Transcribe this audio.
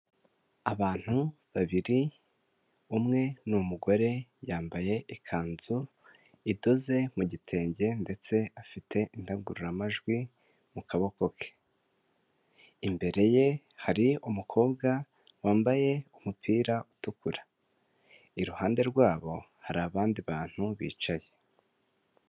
Abantu babiri umwe ni umugore yambaye ikanzu idoze mu gitenge ndetse afite indagururamajwi mu kaboko ke, imbere ye hari umukobwa wambaye umupira utukura iruhande rwabo hari abandi bantu bicaye.